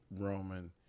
Roman